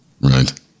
Right